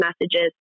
messages